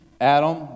Adam